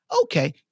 Okay